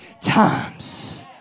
times